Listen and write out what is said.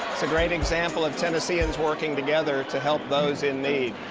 it's a great example of tennesseans working together to help those in need.